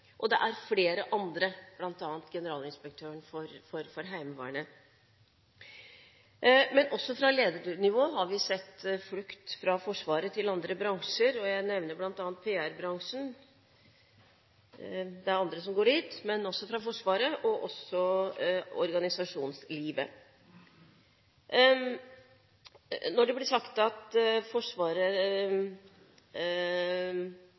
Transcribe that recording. Det er også flere andre, bl.a. generalinspektøren for Heimevernet. Også på ledernivå har vi sett flukt fra Forsvaret til andre bransjer. Jeg nevner bl.a. PR-bransjen – det er andre som går dit, men også fra Forsvaret – og organisasjonslivet. Når det blir sagt at Forsvaret